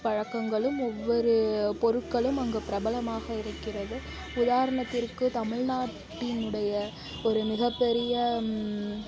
பழக்கங்களும் ஒவ்வொரு பொருட்களும் அங்கு பிரபலமாக இருக்கிறது உதாரணத்திற்கு தமிழ்நாட்டினுடைய ஒரு மிகப்பெரிய